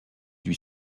lui